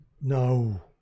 No